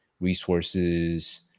resources